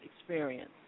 experience